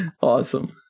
Awesome